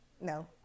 no